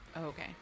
Okay